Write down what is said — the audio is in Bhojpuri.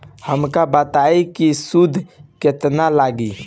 हमका बताई कि सूद केतना लागी?